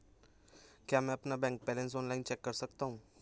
क्या मैं अपना बैंक बैलेंस ऑनलाइन चेक कर सकता हूँ?